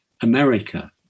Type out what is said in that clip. America